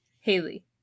Haley